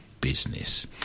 business